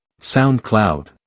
SoundCloud